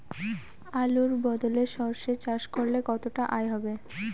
আলুর বদলে সরষে চাষ করলে কতটা আয় হবে?